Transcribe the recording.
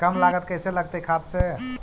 कम लागत कैसे लगतय खाद से?